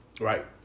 Right